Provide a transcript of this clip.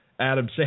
Adam